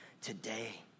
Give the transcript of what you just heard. today